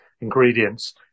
ingredients